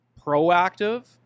proactive